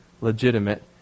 legitimate